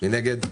מי נגד?